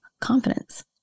confidence